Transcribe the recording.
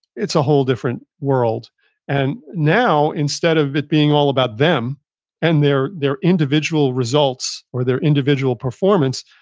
it's a whole different world and now, instead of it being all about them and their their individual results or their individual performance,